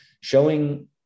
showing